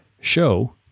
show